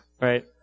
Right